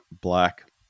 Black